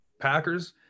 Packers